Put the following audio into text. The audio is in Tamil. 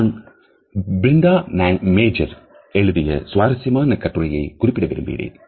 நான் பிரிந்தா மேஜர் எழுதிய சுவாரசியமான கட்டுரையை குறிப்பிட விரும்புகிறேன்